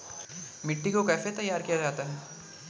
मिट्टी को कैसे तैयार किया जाता है?